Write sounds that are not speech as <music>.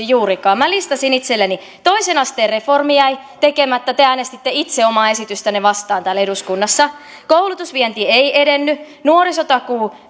<unintelligible> juurikaan minä listasin itselleni toisen asteen reformi jäi tekemättä te äänestitte itse omaa esitystänne vastaan täällä eduskunnassa koulutusvienti ei edennyt nuorisotakuu